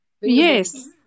Yes